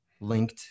linked